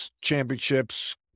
championships